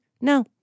No